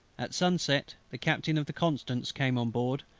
at sunset the captain of the constance came on board,